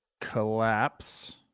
Collapse